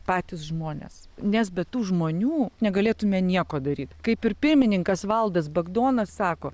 patys žmonės nes be tų žmonių negalėtume nieko daryt kaip ir pirmininkas valdas bagdonas sako